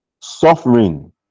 Suffering